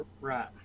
Right